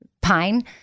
pine